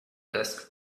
desk